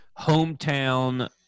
hometown –